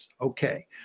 Okay